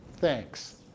thanks